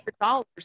dollars